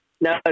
No